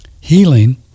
Healing